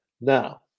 Now